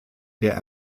der